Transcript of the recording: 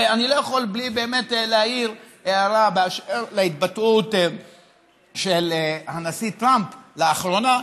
ואני לא יכול בלי להעיר הערה באשר להתבטאות של הנשיא טראמפ לאחרונה,